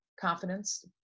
confidence